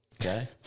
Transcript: Okay